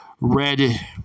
red